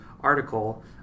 article